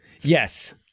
Yes